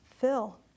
fill